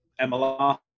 MLR